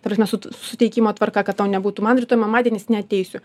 ta prasme sut suteikimo tvarka kad to nebūtų man rytoj mamadienis neateisiu